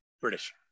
British